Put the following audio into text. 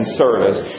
service